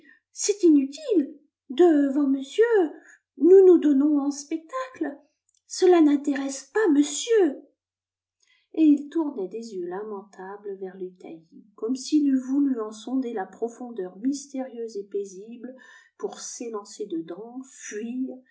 c'est inutile devant monsieur nous nous donnons en spectacle cela n'intéresse pas monsieur et il tournait des yeux lamentables vers les taillis comme s'il eût voulu en sonder la profondeur mystérieuse et paisible pour s'élancer dedans fuir